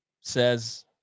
says